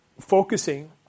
focusing